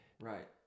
right